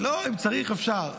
אם צריך, אפשר.